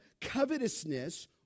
covetousness